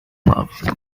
love